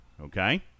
Okay